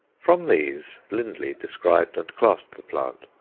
from these lindley described and classed the plant,